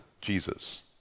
Jesus